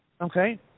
Okay